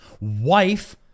wife